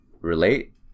relate